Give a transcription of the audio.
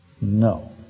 No